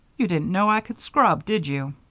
you didn't know i could scrub, did you?